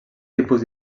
tipus